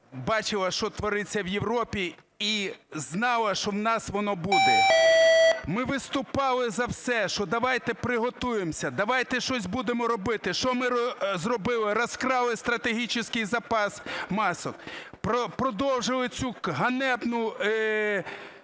бачила, що твориться у Європі, і знала, що у нас воно буде. Ми виступали за все, що давайте приготуємося, давайте щось будемо робити. Що ми зробили? Розікрали стратегічний запас масок. Продовжили цю ганебну